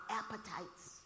appetites